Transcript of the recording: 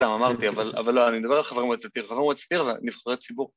‫גם אמרתי, אבל לא, ‫אני מדבר על חברי מועצת עיר. ‫חברי מועצת עיר זה נבחרי ציבור.